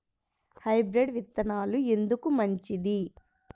Hybrid విత్తనాలు ఎందుకు మంచిది?